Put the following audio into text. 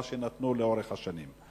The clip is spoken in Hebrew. את מה שנתנו לאורך השנים.